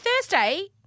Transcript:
Thursday